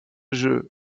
jeu